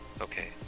Okay